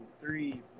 three